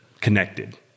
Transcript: connected